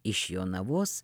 iš jonavos